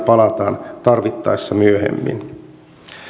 palataan tarvittaessa myöhemmin